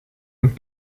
und